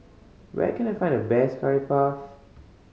where can I find the best Curry Puff